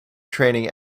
training